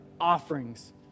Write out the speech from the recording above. offerings